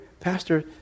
pastor